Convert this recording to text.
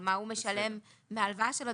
על מה הוא משלם מההלוואה שלו,